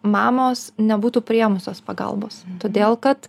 mamos nebūtų priėmusios pagalbos todėl kad